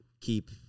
keep